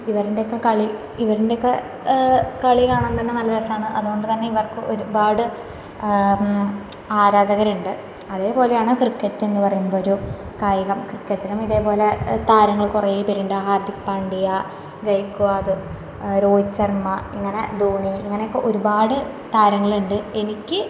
ഇവര്ൻറ്റെക്കെ കളി ഇൻവര്ൻറ്റെക്കെ കളി കാണാൻ തന്നെ നല്ല രസമാണ് അതുകൊണ്ട് തന്നെ ഇവർക്ക് ഒരുപാട് ആരാധകരുണ്ട് അതേപോലെയാണ് ക്രിക്കറ്റെന്ന് പറയുന്നതൊരു കായികം ക്രിക്കറ്റിനും ഇതേപോലെ താരങ്ങൾ കുറെ പേരുണ്ട് ഹാർദിക്ക് പാണ്ടിയ വെയ്ക്ക്വാദ് രോഹിത് ശർമ്മ ഇങ്ങനെ ധോണി ഇങ്ങനെയൊക്കെ ഒരുപാട് താരങ്ങളുണ്ട് എനിക്ക്